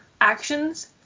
actions